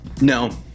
No